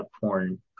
porn